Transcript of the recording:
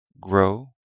grow